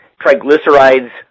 Triglycerides